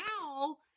now